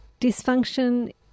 dysfunction